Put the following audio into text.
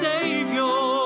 Savior